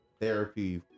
therapy